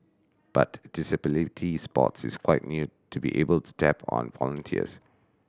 but disability sports is quite new to be able to tap on volunteers